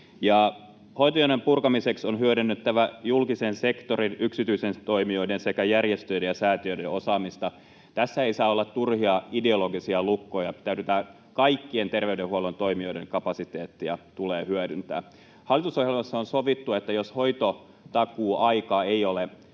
Hoitojonojen purkamiseksi on hyödynnettävä julkisen sektorin, yksityisten toimijoiden sekä järjestöjen ja säätiöiden osaamista. Tässä ei saa olla turhia ideologisia lukkoja. Kaikkien terveydenhuollon toimijoiden kapasiteettia tulee hyödyntää. Hallitusohjelmassa on sovittu, että jos hoitotakuuaika ei ole